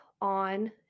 on